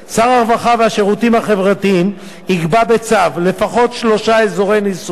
שר הרווחה והשירותים החברתיים יקבע בצו לפחות שלושה אזורי ניסוי.